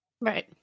Right